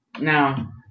Now